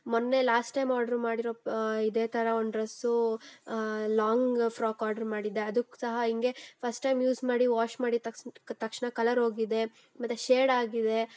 ಮೊನ್ನೆ last time order ಮಾಡಿರೋ ಇದೇ ಥರ ಒಂದು ಡ್ರಸ್ಸೂ ಲಾಂಗ್ ಫ್ರಾಕ್ ಆರ್ಡ್ರ್ ಮಾಡಿದ್ದೆ ಅದಕ್ ಸಹ ಹಿಂಗೆ ಫಸ್ಟ್ ಟೈಮ್ ಯೂಸ್ ಮಾಡಿ ವಾಶ್ ಮಾಡಿದ ತಕ್ಸ್ ತಕ್ಷಣ ಕಲರ್ ಹೋಗಿದೆ ಮತ್ತು ಶೇಡ್ ಆಗಿದೆ